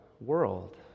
world